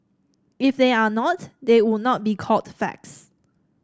if they are not they would not be called facts